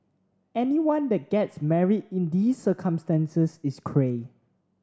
anyone that gets married in these circumstances is Cray